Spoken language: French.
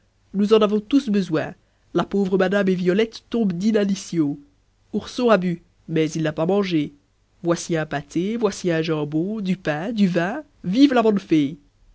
manger nous en avons tous besoin la pauvre madame et violette tombent d'inanition ourson a bu mais il n'a pas mangé voici un pâté voici un jambon du pain du vin vive la bonne fée